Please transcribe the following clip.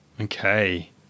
Okay